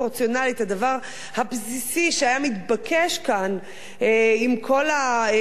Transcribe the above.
הדבר הבסיסי שהיה מתבקש כאן עם כל הבור הזה